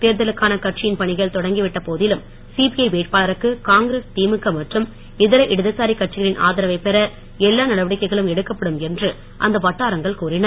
தேர்தலுக்கான கட்சியின் பணிகள் தொடங்கி விட்ட போதிலும் சிபிஐ வேட்பாளருக்கு காங்கிரஸ் திமுக மற்றும் இதர இடதுசாரி கட்சிகளின் ஆதரவைப் பெற எல்லா நடவடிக்கைகளும் எடுக்கப்படும் என்று அந்த வட்டாரங்கள் கூறின